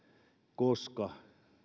koska